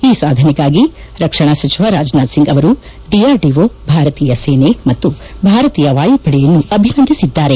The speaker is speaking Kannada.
ಈ ಸಾಧನೆಗಾಗಿ ರಕ್ಷಣಾ ಸಚಿವ ರಾಜನಾಥ್ಸಿಂಗ್ ಅವರು ಡಿಆರ್ಡಿಒ ಭಾರತೀಯ ಸೇನೆ ಮತ್ತು ಭಾರತೀಯ ವಾಯುಪಡೆಯನ್ನು ಅಭಿನಂದಿಸಿದ್ದಾರೆ